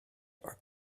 are